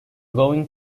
going